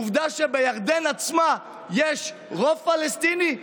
עובדה שבירדן עצמה יש רוב פלסטיני.